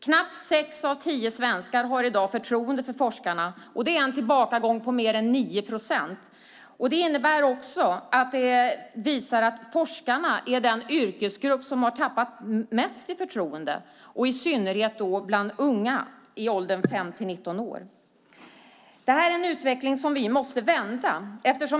Knappt sex av tio svenskar har förtroende för forskarna. Det är en tillbakagång med 9 procent. Forskarna är den yrkesgrupp som har tappat mest i förtroende. Det gäller i synnerhet bland unga i åldern 15-19 år. Detta är en utveckling som vi måste vända.